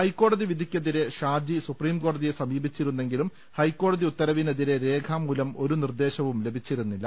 ഹൈക്കോടതി വിധിയ്ക്കെതിരെ ഷാജി സുപ്രീംകോട തിയെ സമീപിച്ചിരുന്നെങ്കിലും ഹൈക്കോടതി ഉത്തരവി നെതിരെ രേഖാമൂലം ഒരു നിർദ്ദേശവും ലഭിച്ചിരുന്നില്ല